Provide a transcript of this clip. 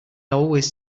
always